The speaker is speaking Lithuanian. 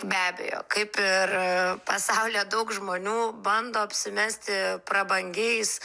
be abejo kaip ir pasaulyje daug žmonių bando apsimesti prabangiais